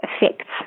effects